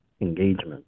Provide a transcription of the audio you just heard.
engagement